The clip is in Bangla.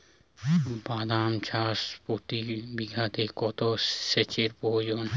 বাদাম চাষে প্রতি বিঘাতে কত সেচের প্রয়োজন?